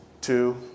two